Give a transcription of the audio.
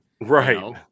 Right